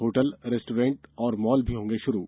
hotel restaurant और mall भी होंगे शुरू